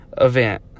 event